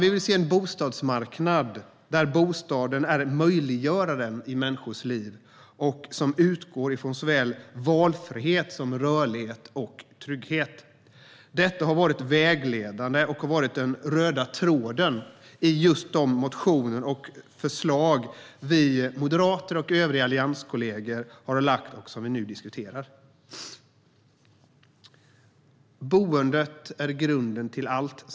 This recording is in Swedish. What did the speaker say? Vi vill se en bostadsmarknad där bostaden är möjliggöraren i människors liv och som utgår från såväl valfrihet som rörlighet och trygghet. Detta har varit vägledande och den röda tråden i just de motioner och förslag vi moderater och övriga allianskollegor har lagt fram och som vi nu diskuterar. Boendet är som sagt grunden till allt.